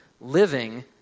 living